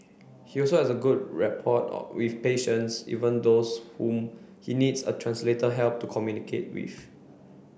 he also has a good rapport of with patients even those whom he needs a translator help to communicate with